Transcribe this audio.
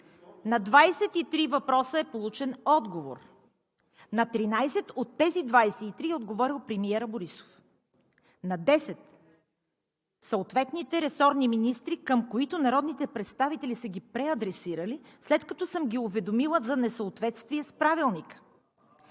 На 23 въпроса е получен отговор. На 13 от тези 23 е отговорил премиерът Борисов. На 10 – съответните ресорни министри, към които народните представители са ги преадресирали, след като съм ги уведомила за несъответствие с Правилника.